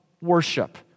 worship